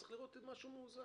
מה קורה